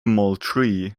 moultrie